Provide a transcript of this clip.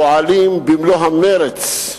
שפועלים במלוא המרץ,